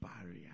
Barrier